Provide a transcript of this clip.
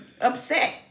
upset